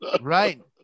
Right